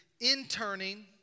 interning